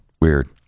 Weird